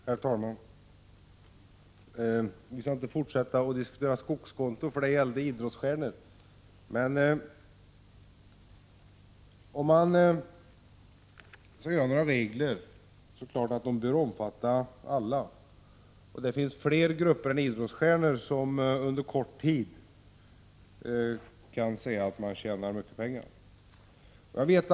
Herr talman! Vi skall inte fortsätta att diskutera skogskonton, för det gäller idrottsstjärnor. Om man skall göra regler är det klart att de bör omfatta alla, och det finns fler grupper än idrottsstjärnor som under kort tid tjänar mycket pengar.